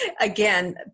Again